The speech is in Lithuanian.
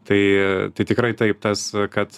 tai tai tikrai taip tas kad